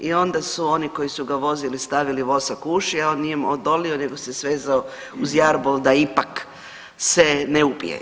I onda su oni koji su ga vozili stavili vosak u uši, a on nije im odolio nego se svezao uz jarbol da ipak se ne ubije.